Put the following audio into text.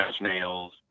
Nails